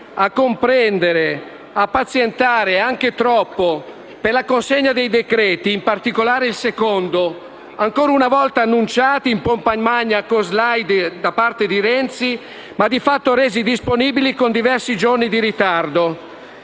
a comprendere, pazientando anche troppo per la presentazione dei decreti-legge (in particolare il secondo), ancora una volta annunciati in pompa magna, con *slide*, da Renzi, ma di fatto resi disponibili con diversi giorni di ritardo.